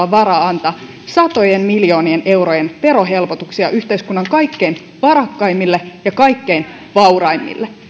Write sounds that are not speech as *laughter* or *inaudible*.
*unintelligible* on varaa antaa satojen miljoonien eurojen verohelpotuksia yhteiskunnan kaikkein varakkaimmille ja kaikkein vauraimmille